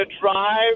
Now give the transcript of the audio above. drive